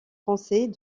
français